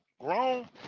grown